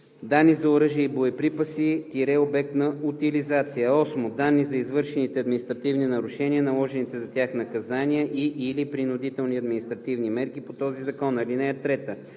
данни за оръжия и боеприпаси – обект на утилизация; 8. данни за извършените административни нарушения, наложените за тях наказания и/или принудителни административни мерки по този закон. (3)